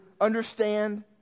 understand